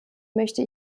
möchte